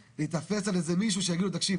ונתפס על איזה מישהו שאומר לו תקשיב,